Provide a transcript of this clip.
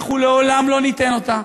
ואנחנו לעולם לא ניתן אותה.